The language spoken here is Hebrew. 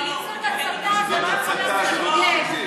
אם זאת הצתה, זה לא יכול להיות בשוגג.